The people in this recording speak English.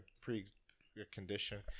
pre-condition